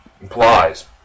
implies